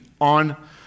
on